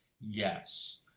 yes